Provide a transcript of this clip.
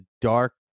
dark